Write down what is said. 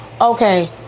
okay